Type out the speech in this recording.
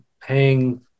paying